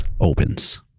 opens